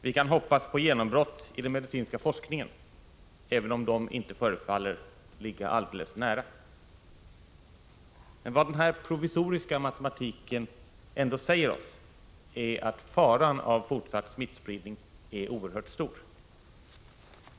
Vi kan hoppas på genombrott i den medicinska forskningen, även om de inte förefaller att ligga alldeles nära. Men vad den här provisoriska matematiken ändå säger oss är att faran av fortsatt smittspridning är oerhört stor.